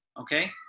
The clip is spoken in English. Okay